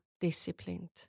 disciplined